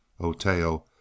Oteo